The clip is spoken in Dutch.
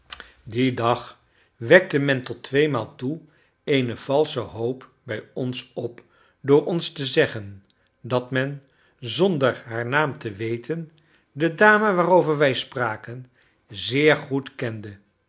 dien dag wekte men tot tweemaal toe eene valsche hoop bij ons op door ons te zeggen dat men zonder haar naam te weten de dame waarover wij spraken zeer goed kende